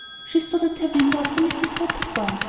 she stood at her window after mrs. hope had gone,